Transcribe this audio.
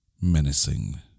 menacing